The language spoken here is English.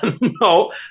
No